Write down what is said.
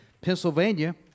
Pennsylvania